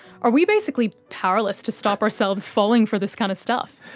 are we basically powerless to stop ourselves falling for this kind of stuff?